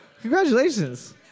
Congratulations